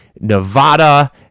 Nevada